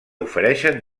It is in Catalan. ofereixen